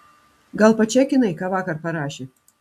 gal pačekinai ką vakar parašė